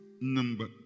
number